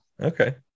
Okay